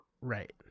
Right